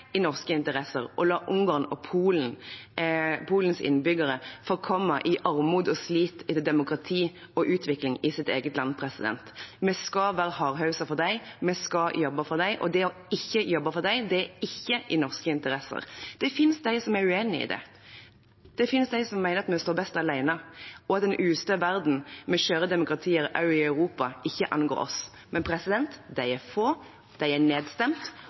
i norsk interesse å la Ungarns og Polens innbyggere forkomme i armod og slit for demokrati og utvikling i eget land. Vi skal være hardhauser for dem, vi skal jobbe for dem, og det å ikke jobbe for dem, er ikke i norsk interesse. Det finnes dem som er uenig i dette. Det finnes dem som mener vi står best alene, og at en ustø verden med skjøre demokratier også i Europa ikke angår oss. Men de er få, de er nedstemt,